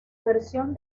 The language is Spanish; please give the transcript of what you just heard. versión